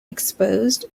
exposed